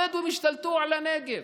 הבדואים השתלטו על הנגב.